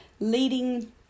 Leading